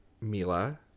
Mila